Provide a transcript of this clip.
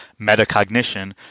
Metacognition